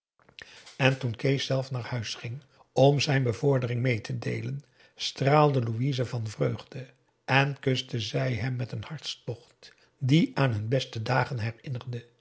en toen kees zelf naar huis ging om zijn bevordering meê te deelen straalde louise van vreugde en kuste zij hem met een hartstocht die aan hun beste dagen herinnerde